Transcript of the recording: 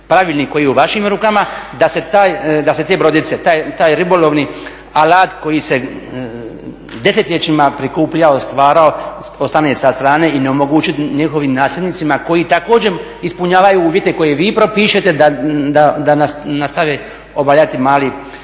pravilnik koji je u vašim rukama da se te brodice, taj ribolovni alat koji se desetljećima prikupljao, stvarao ostane sa strane i ne omogućiti njihovim nasljednicima koji također ispunjavaju uvjete koje vi propišete da nastave obavljati mali